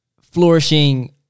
flourishing